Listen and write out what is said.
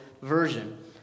version